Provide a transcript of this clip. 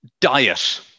diet